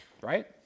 right